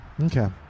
Okay